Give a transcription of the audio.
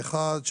האחד,